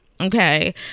okay